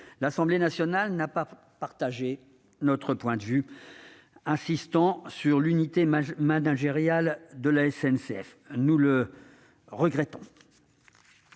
L'Assemblée nationale n'a pas partagé notre point de vue, insistant sur l'« unité managériale » de la SNCF, ce que nous regrettons.